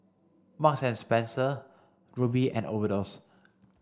Marks and Spencer Rubi and Overdose